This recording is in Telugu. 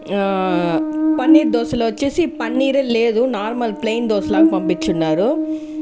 పన్నీర్ దోశలు వచ్చేసి పన్నీరే లేదు నార్మల్ ప్లైన్ దోస లాగా పంపిచున్నారు